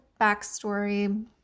backstory